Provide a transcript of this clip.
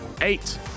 Eight